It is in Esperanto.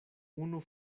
unu